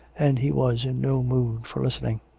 and he was in no mood for listening.